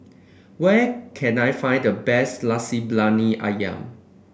where can I find the best Nasi Briyani ayam